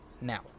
now